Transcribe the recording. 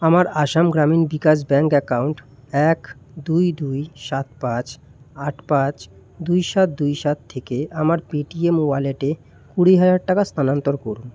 আমার Assam Gramin Vikash bank account এক দুই দুই সাত পাঁচ আট পাঁচ দুই সাত দুই সাত থেকে আমার পেটিএম ওয়ালেটে কুড়ি হাজার টাকা স্থানান্তর করুন